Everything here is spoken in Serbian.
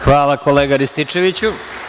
Hvala kolega Rističeviću.